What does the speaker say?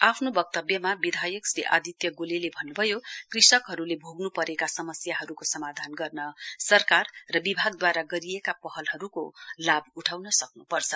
आफ्नो वक्तव्यमा विधायक श्री आदित्य गोलेले भन्नुभयो कृषकहरूले भोग्नुपरेका समस्याहरूको समाधान गर्न सरकार र विभागद्वारा गरिएका पहलहरूको लाभ उठाउन सक्न्पर्छ